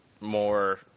more